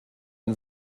and